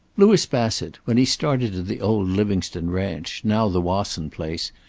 louis bassett, when he started to the old livingstone ranch, now the wasson place,